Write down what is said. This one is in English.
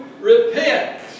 repent